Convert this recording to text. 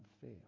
fail